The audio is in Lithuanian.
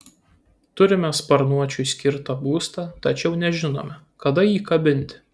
turime sparnuočiui skirtą būstą tačiau nežinome kada jį kabinti